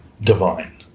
divine